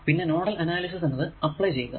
പിന്നെ nodal analysis എന്നത് apply ചെയ്യുക